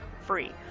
Free